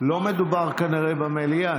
לא מדובר, כנראה, במליאה.